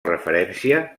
referència